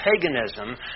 paganism